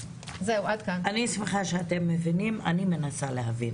אני שמחה שאתם מבינים, אני עדיין מנסה להבין